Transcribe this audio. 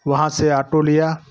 वहाँ से ऑटो लिया